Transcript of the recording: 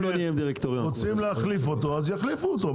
רוצים להחליף אותו, אז יחליפו אותו.